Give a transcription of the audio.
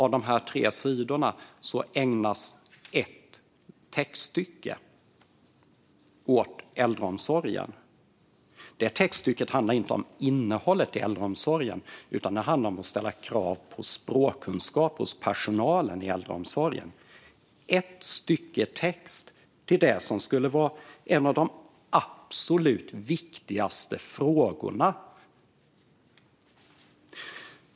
På de tre sidorna ägnas ett textstycke åt äldreomsorgen. Det textstycket handlar inte om innehållet i äldreomsorgen utan om att ställa krav på språkkunskaper hos personalen i äldreomsorgen. Ett enda stycke text ägnas alltså åt vad som skulle vara en av de absolut viktigaste frågorna!